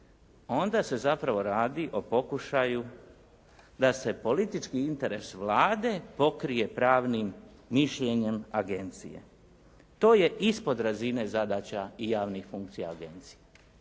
onda se zapravo radi o pokušaju da se politički interes Vlade pokrije pravnim mišljenjem agencije. To je ispod razine zadaća i javnih funkcija agencije.